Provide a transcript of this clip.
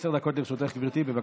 עשר דקות לרשותך, גברתי, בבקשה.